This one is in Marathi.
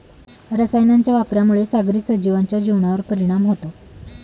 रसायनांच्या वापरामुळे सागरी सजीवांच्या जीवनावर परिणाम होतो